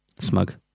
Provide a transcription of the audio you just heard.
smug